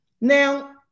Now